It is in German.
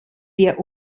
wir